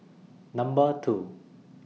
Number two